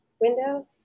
window